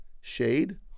Shade